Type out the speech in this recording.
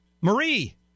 Marie